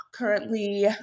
Currently